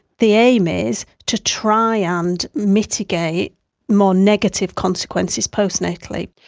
the aim is to try ah and mitigate more negative consequences postnatally.